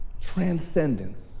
transcendence